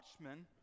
watchmen